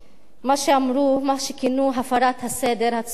מה שכינו הפרת הסדר הציבורי.